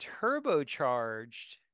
turbocharged